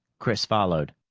chris followed